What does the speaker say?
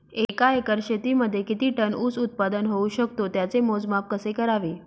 एका एकर शेतीमध्ये किती टन ऊस उत्पादन होऊ शकतो? त्याचे मोजमाप कसे करावे?